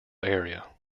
area